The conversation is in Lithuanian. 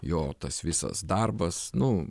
jo tas visas darbas nu